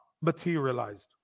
materialized